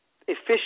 Efficient